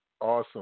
Awesome